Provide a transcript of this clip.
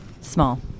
Small